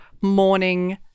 morning